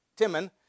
Timon